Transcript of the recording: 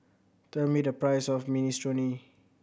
tell me the price of Minestrone